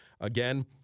again